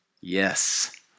Yes